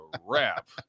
wrap